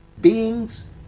beings